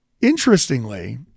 interestingly